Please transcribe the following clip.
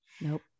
Nope